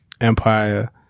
Empire